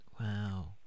Wow